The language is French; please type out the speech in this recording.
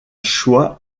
choix